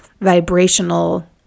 vibrational